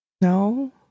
No